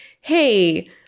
hey